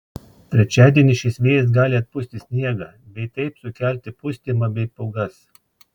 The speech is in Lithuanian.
trečiadienį šis vėjas gali atpūsti sniegą bei taip sukelti pustymą bei pūgas